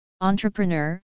Entrepreneur